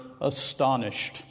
astonished